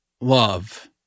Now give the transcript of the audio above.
love